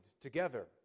together